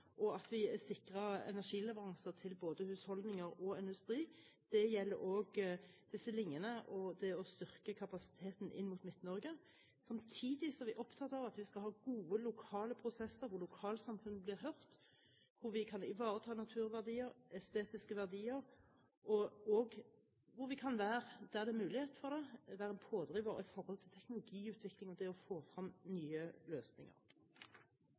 Samtidig er vi opptatt av at vi skal ha gode lokale prosesser, hvor lokalsamfunnet blir hørt, hvor vi kan ivareta naturverdier, estetiske verdier, og også hvor vi, der det er mulighet for det, kan være en pådriver for teknologiutvikling og det å få frem nye løsninger.